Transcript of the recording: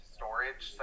storage